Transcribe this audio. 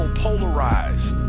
polarized